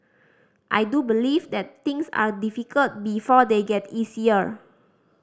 I do believe that things are difficult before they get easier